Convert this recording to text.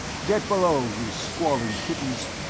get below, you squalling kittens!